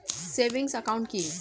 Savings account কি?